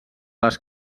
les